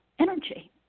energy